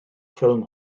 ffilm